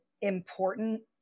important